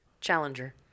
challenger